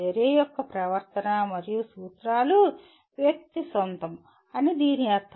చర్య యొక్క ప్రవర్తన మరియు సూత్రాలు వ్యక్తి సొంతం అని దీని అర్థం